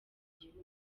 igihugu